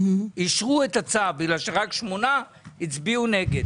אישרו את הצו בגלל שרק שמונה הצביעו נגד.